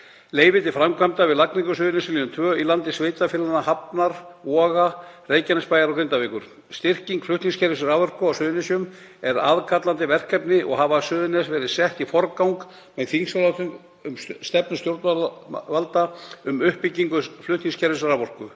leyfi til framkvæmdar við lagningu Suðurnesjalínu 2 í landi sveitarfélaganna Hafnarfjarðar, Voga, Reykjanesbæjar og Grindavíkur. Styrking flutningskerfis raforku á Suðurnesjum er aðkallandi verkefni og hafa Suðurnes verið sett í forgang með þingsályktun um stefnu stjórnvalda um uppbyggingu flutningskerfis raforku